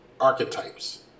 archetypes